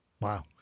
Wow